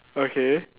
okay